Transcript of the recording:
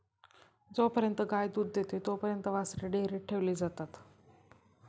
जोपर्यंत गाय दूध देते तोपर्यंत वासरे डेअरीत ठेवली जातात